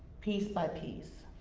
piece by piece.